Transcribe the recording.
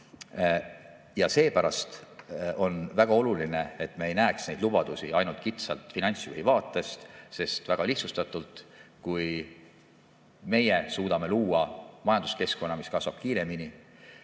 Ja seepärast on väga oluline, et me ei näeks neid lubadusi ainult kitsalt finantsjuhi vaatest. Väga lihtsustatult: kui meie suudame luua majanduskeskkonna, mis kasvab kiiremini,